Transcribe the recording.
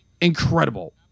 incredible